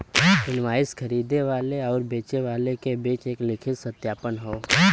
invoice खरीदे वाले आउर बेचे वाले क बीच एक लिखित सत्यापन हौ